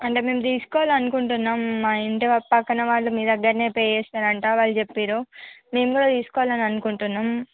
అంటే మేము తీసుకోవాలని అనుకుంటున్నాం మా ఇంటి పక్కన వాళ్ళు మీ దగ్గరే పే చేశారంట వాళ్ళు చెప్పారు మేం కూడా తీసుకోవాలని అనుకుంటున్నాం